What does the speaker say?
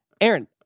Aaron